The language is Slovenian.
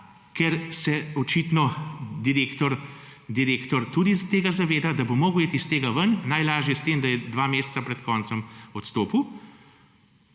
ker se očitno direktor tudi tega zaveda, bo moral iti iz tega ven, najlažje s tem, da je dva meseca pred koncem odstopil,